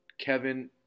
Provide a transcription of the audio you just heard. Kevin